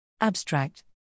Abstract